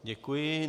Děkuji.